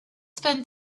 spend